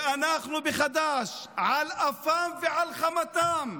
ואנחנו בחד"ש, על אפם ועל חמתם,